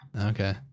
okay